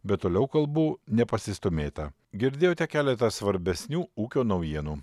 bet toliau kalbų nepasistūmėta girdėjote keletą svarbesnių ūkio naujienų